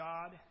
God